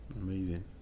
Amazing